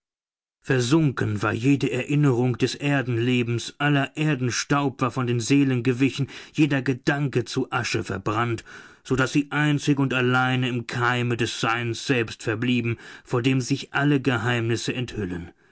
versunken war jede erinnerung des erdenlebens aller erdenstaub war von den seelen gewichen jeder gedanke zu asche verbrannt so daß sie einzig und allein im keime des seins selbst verblieben vor dem sich alle geheimnisse enthüllen